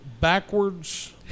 backwards